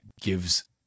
gives